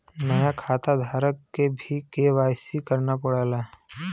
नया खाताधारक के भी के.वाई.सी करना पड़ला